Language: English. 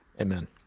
Amen